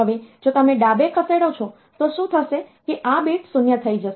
હવે જો તમે ડાબે ખસેડો છો તો શું થશે કે આ બીટ 0 થઈ જશે